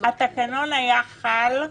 אתם יודעים,